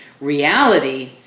reality